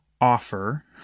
offer